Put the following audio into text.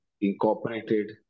incorporated